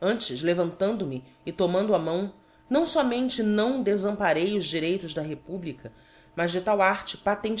antes levantando me e tomando a mão não fomente não delamparei os direitos da republica mas de tal arte patenteei